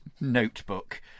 notebook